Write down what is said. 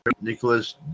Nicholas